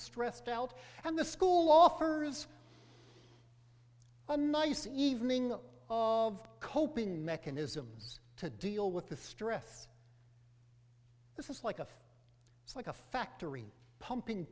stressed out and the school offers a nice evening of coping mechanisms to deal with the stress this is like a it's like a factory pumping